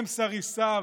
הם סריסיו,